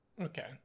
Okay